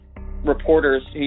reporters